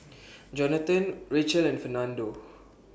Johnathan Racheal and Fernando